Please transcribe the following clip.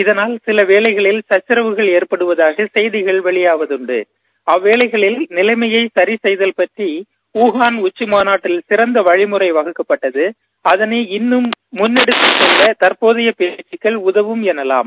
இதனால் சில வேலைகள் சச்சாவுகள் எற்படுவதாக செய்திகள் வெளியாவதன்டு அல்வேளைகளில் நிலைமையை சரிசெய்வது பற்றி ஊகான் உச்சி மாநாட்டில் கிறக்க வழிமுறை வகுக்கப்பட்டது அதளை இன்னும் முன்னெடுத்து செல்ல தற்போதைய பேக்கக்கள் உதவும் எனலாம்